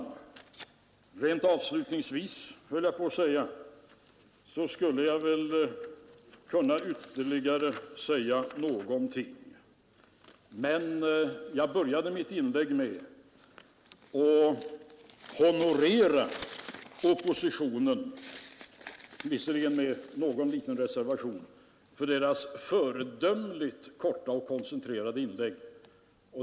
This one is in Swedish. Jag skulle väl ock å avslutningsvis kunna säga ytterligare något men skall avstå från det eftersom jag började mitt inlägg med att honorera oppositionens talare — visserligen med någon reservation — för deras föredömligt korta och koncentrerade inlägg.